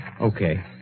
okay